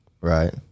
Right